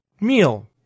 meal